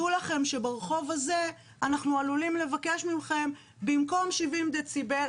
דעו לכם שברחוב הזה אנחנו עלולים לבקש מכם במקום 70 דציבל',